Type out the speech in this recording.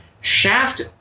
Shaft